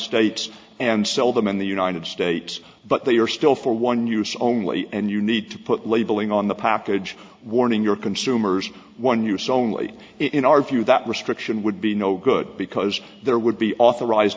states and sell them in the united states but they are still for one use only and you need to put labeling on the package warning your consumers one use only in our view that restriction would be no good because there would be authorized